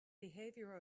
behavior